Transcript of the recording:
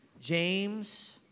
James